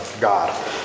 God